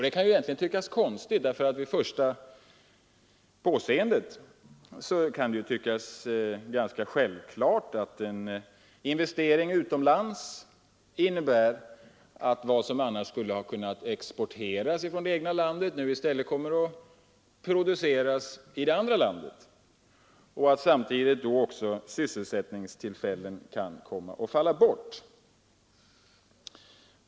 Det kan egentligen tyckas konstigt; vid första påseendet kan det förefalla ganska självklart att en investering utomlands innebär att vad som annars skulle ha kunnat exporteras från det egna landet i stället kommer att produceras i det andra landet och att sysselsättningstillfällen då kan komma att falla bort.